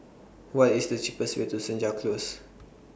What IS The cheapest Way to Senja Close